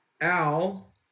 Al